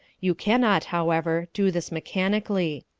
you can not, however, do this mechanically.